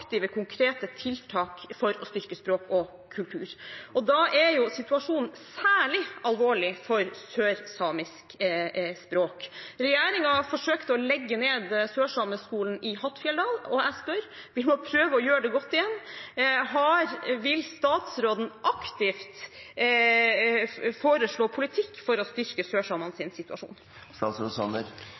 konkrete tiltak for å styrke språk og kultur. Da er situasjonen særlig alvorlig for sørsamisk språk. Regjeringen forsøkte å legge ned sørsameskolen i Hattfjelldal. Jeg spør: Vi må prøve å gjøre det godt igjen, vil statsråden aktivt foreslå politikk for å styrke